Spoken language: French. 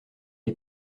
est